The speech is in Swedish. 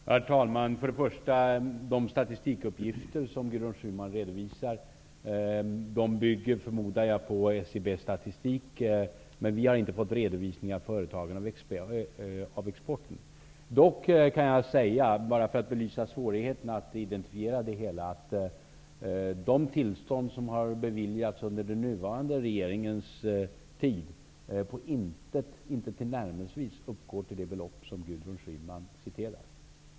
Herr talman! Först förmodar jag att de statistikuppgifter som Gudrun Schyman redovisar bygger på SCB:s statistik, men vi har inte fått redovisningar av exporten från företagen. Dock kan jag säga, bara för att belysa svårigheterna att identifiera det hela, att de tillstånd som har beviljats under den nuvarande regeringens tid inte tillnärmelsevis uppgår till det belopp som Gudrun Schyman redovisar.